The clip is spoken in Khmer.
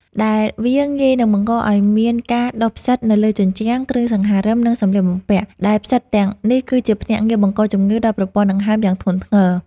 ដែលវាងាយនឹងបង្កឱ្យមានការដុះផ្សិតនៅលើជញ្ជាំង គ្រឿងសង្ហារិម និងសំលៀកបំពាក់ ដែលផ្សិតទាំងនេះគឺជាភ្នាក់ងារបង្កជំងឺដល់ប្រព័ន្ធដង្ហើមយ៉ាងធ្ងន់ធ្ងរ។